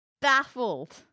baffled